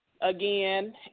again